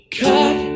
cut